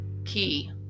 key